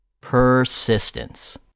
persistence